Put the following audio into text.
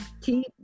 Keep